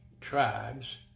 tribes